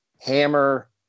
Hammer